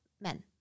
men